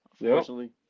unfortunately